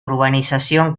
urbanización